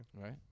Right